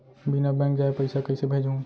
बिना बैंक जाये पइसा कइसे भेजहूँ?